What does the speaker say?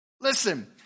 Listen